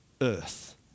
earth